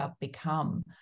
become